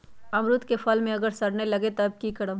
अमरुद क फल म अगर सरने लगे तब की करब?